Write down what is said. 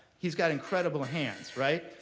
he's got incredible hands, right?